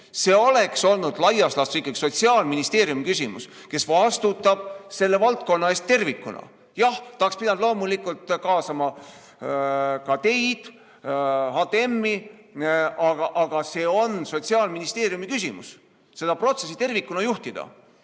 See oleks olnud laias laastus Sotsiaalministeeriumi küsimus, kes vastutab selle valdkonna eest tervikuna. Jah, ta oleks pidanud loomulikult kaasama ka teid, HTM-i, aga on Sotsiaalministeeriumi küsimus seda protsessi tervikuna juhtida.